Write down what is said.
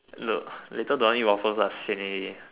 look later don't eat waffles lah sian already